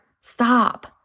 Stop